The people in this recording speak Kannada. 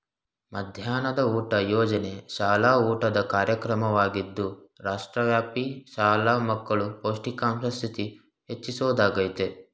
ಮಧ್ಯಾಹ್ನದ ಊಟ ಯೋಜನೆ ಶಾಲಾ ಊಟದ ಕಾರ್ಯಕ್ರಮವಾಗಿದ್ದು ರಾಷ್ಟ್ರವ್ಯಾಪಿ ಶಾಲಾ ಮಕ್ಕಳ ಪೌಷ್ಟಿಕಾಂಶ ಸ್ಥಿತಿ ಹೆಚ್ಚಿಸೊದಾಗಯ್ತೆ